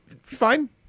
Fine